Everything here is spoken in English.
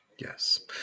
Yes